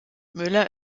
müller